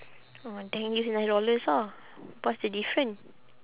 orh then use nine dollars ah what's the different